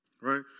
Right